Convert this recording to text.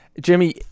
jimmy